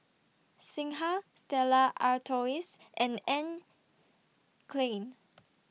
Singha Stella Artois and Anne Klein